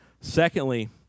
Secondly